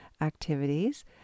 activities